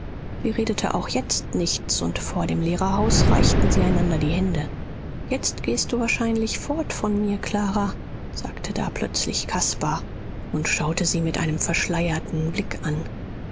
sie redeten auch jetzt nichts und vor dem lehrerhaus reichten sie einander die hände jetzt gehst du wahrscheinlich fort von mir clara sagte da plötzlich caspar und schaute sie mit einem verschleierten blick an